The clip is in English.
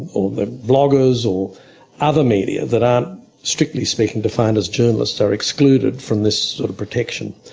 or the bloggers, or other media that aren't strictly speaking the finest journalists, are excluded from this sort protection.